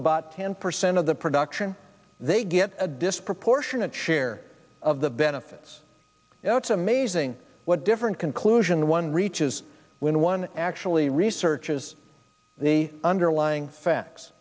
about ten percent of the production they get a disproportionate share of the benefits it's amazing what different conclusions one reaches when one actually researches the underlying facts